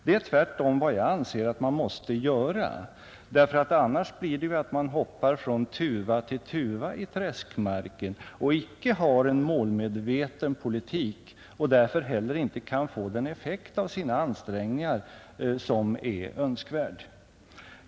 Det är tvärtom vad jag anser att man måste göra, för annars blir det så att man hoppar från tuva till tuva i träskmarken utan en målmedveten politik och därför heller inte kan få den effekt av sina ansträngningar som är önskvärd.